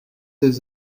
des